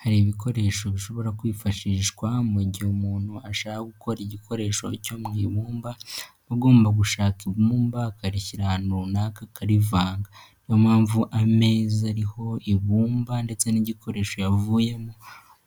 Hari ibikoresho bishobora kwifashishwa mu gihe umuntu ashaka gukora igikoresho cyo mu ibumba, aba agomba gushaka ibumba akarishyira ahantu runaka akarivanga, niyo mpamvu ameza ariho ibumba ndetse n'igikoresho yavuyemo